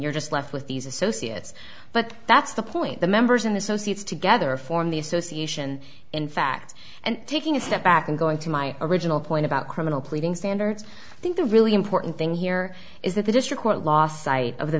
you're just left with these associates but that's the point the members and associates together form the association in fact and taking a step back and going to my original point about criminal pleading standards i think the really important thing here is that the district court lost sight of the